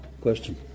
question